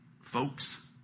folks